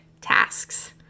tasks